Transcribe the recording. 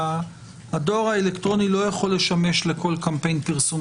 הדואר האלקטרוני לא יכול לשמש לכל קמפיין פרסום